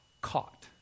caught